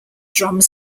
drums